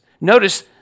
Notice